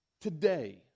today